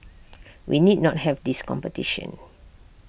we need not have this competition